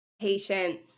patient